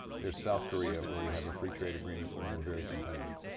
there's south korea where we have a free trade agreement where we're very competitive.